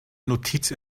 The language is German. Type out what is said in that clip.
notiz